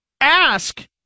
ask